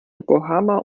yokohama